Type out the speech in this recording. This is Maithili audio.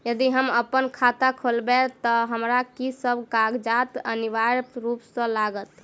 यदि हम अप्पन खाता खोलेबै तऽ हमरा की सब कागजात अनिवार्य रूप सँ लागत?